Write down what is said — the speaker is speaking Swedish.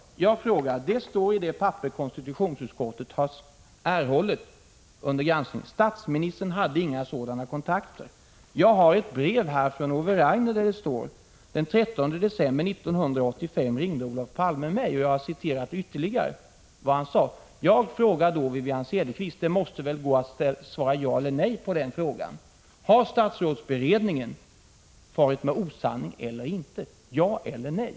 Jag frågar: Det står i det papper som konstitutionsutskottet har erhållit under — Utseende av verkställgranskningen: ande direktör i halv ”Statsministern hade inga sådana kontakter.” statligt företag Jag har ett brev från Ove Rainer där det står: ”Den trettonde december 1985 ringde Olof Palme mig.” Jag citerade även annat som han sade. Jag frågar då Wivi-Anne Cederqvist: Det måste väl gå att svara ja eller nej på denna fråga: Har statsrådsberedningen farit med osanning eller inte? Ja eller nej?